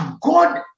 God